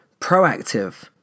proactive